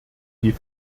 die